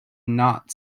not